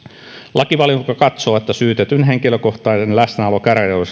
lakivaliokunta katsoo että syytetyn henkilökohtainen läsnäolo